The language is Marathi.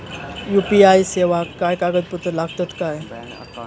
यू.पी.आय सेवाक काय कागदपत्र लागतत काय?